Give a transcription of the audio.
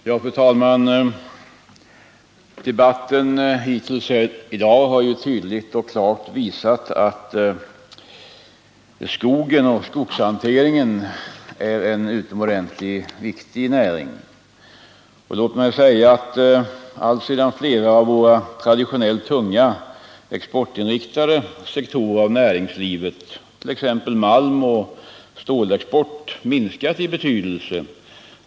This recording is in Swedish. Fru talman! Debatten hittills i dag har ju tydligt och klart visat att skogen och skogshanteringen är en utomordentligt viktig näring. Och låt mig säga att alltsedan flera av våra traditionellt tunga exportinriktade sektorer av näringslivet, exempelvis malmoch stålexporten. minskat i betydelse.